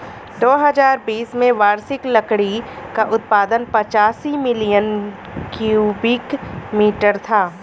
दो हजार बीस में वार्षिक लकड़ी का उत्पादन पचासी मिलियन क्यूबिक मीटर था